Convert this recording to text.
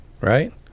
right